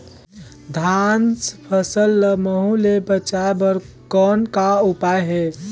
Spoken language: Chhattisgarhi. धान फसल ल महू ले बचाय बर कौन का उपाय हे?